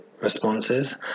responses